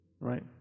right